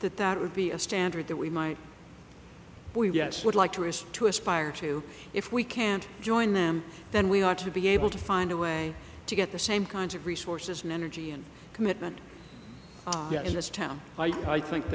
that that would be a standard that we might guess would like to us to aspire to if we can't join them then we ought to be able to find a way to get the same kinds of resources and energy and commitment yet in this town i think